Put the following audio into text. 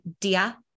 Dia